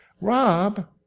Rob